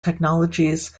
technologies